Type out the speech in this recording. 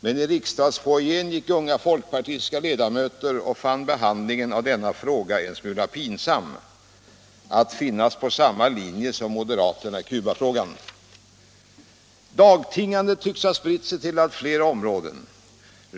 Men i riksdagsfoajén gick unga folkpartistiska ledamöter och fann behandlingen av frågan en smula pinsam: tänk, att finnas på samma linje som moderaterna i Cuba-frågan! ”Dagtingandet” tycks ha spritt sig till allt fler områden.